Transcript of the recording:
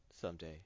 Someday